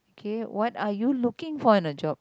K what are you looking for in a job